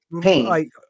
pain